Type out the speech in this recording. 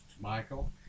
Michael